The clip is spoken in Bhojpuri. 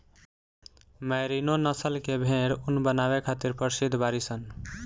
मैरिनो नस्ल के भेड़ ऊन बनावे खातिर प्रसिद्ध बाड़ीसन